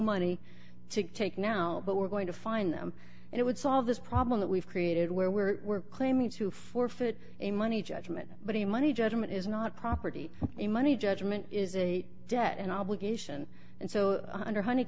money to take now but we're going to find them and it would solve this problem that we've created where we're claiming to forfeit a money judgment but the money judgment is not property in money judgment is a debt an obligation and so under honey